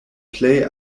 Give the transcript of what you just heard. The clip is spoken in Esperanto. plej